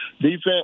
defense